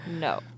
no